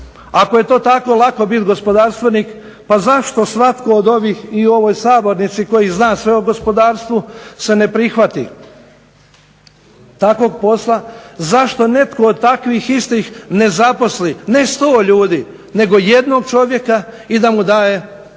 ako je to tako lako biti gospodarstvenik, pa zašto svatko od ovih i u ovoj sabornici koji zna sve o gospodarstvu se ne prihvati takvog posla. Zašto netko od takvih istih ne zaposli ne 100 ljudi, nego 1 čovjeka i da mu daje svaki